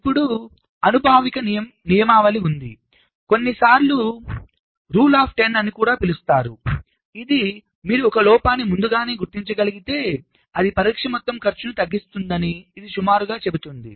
ఇప్పుడు అనుభావిక నియమావళి ఉంది దీనిని కొన్నిసార్లు 10 యొక్క నియమం అని కూడా పిలుస్తారు ఇది మీరు 'ఒక లోపాన్ని ముందుగానే గుర్తించగలిగితే అది పరీక్ష మొత్తం ఖర్చును తగ్గిస్తుందని' ఇది సుమారుగా చెబుతుంది